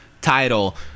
title